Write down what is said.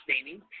staining